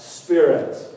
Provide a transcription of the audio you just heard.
Spirit